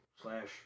slash